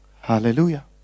Hallelujah